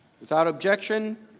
without objection,